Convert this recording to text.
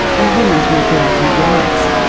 and women's reproductive rights.